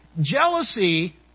jealousy